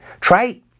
try